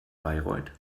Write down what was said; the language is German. bayreuth